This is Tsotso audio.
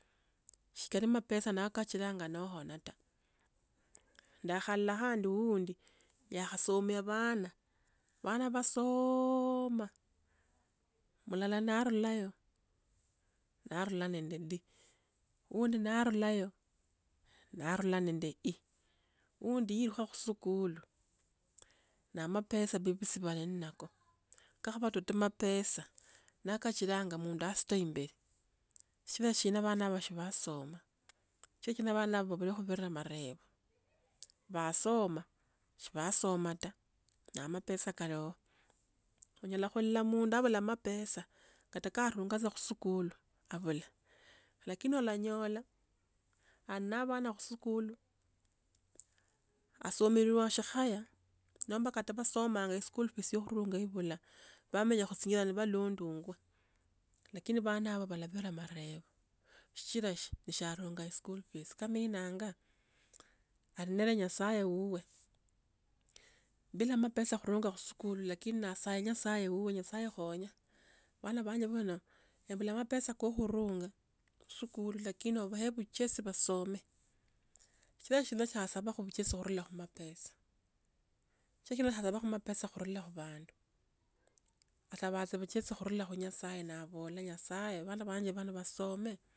Shi kali mapesa koohirango no hona ta. Ndakhalola khandi wundi. yakhasomya vana. vana vasooooma, mulala narulayo narula nende ndi. Wundi narulayo, narula nende e. Wundi yi kho khu skulu na mapesa vevusi vala naku, kakha toto mapesa nako kachiranga mundu nasita imberi, shichra shina vana ava shivasoma shichra shina vana ava vavule khuvira marevo. Vasoma shivasoma ta na mapesa kata kayaho. Onyela khulala mundu avula mapesa kata karunga khuskulu kavola lakini olanyala ali na vana khuskulu asamirwa shikhaya nomba kata vasomanga e school fees yo khurunga ivula. Vamenya khutsinjira nivalondinya, lakini vana avo valavira marevo shichira shi sharunga school fees kaminanga, ali nende nyasaye wuwe. Bila mapesa khurunga khuskulu lakini nasaya nyasaye wuwe, nyasaye khonya vana vanje vano embula mapesa ko khurunga khuskulu lakini oveche vuchesi vasome. Sichira shina shasavakho mapesa khurula khu vandu. Asava tsa vuchesi khurula khu nyasaye navola. Nyasaye vana vanje vano vasome.